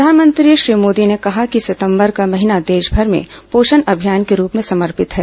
प्रधानमंत्री श्री मोदी ने कहा कि सितम्बर का महीना देशभर में पोषण अभियान के रूप में समर्पित है